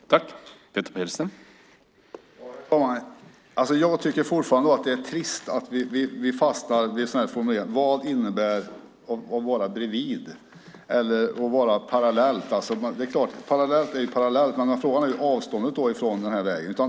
Herr talman! Jag tycker fortfarande att det är trist att vi fastnar i formuleringarna. Vad innebär "bredvid" och "parallellt"? Det är klart, parallellt är parallellt, men frågan är hur långt avståndet från vägen är.